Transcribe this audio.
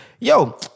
Yo